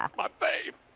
it's my fave.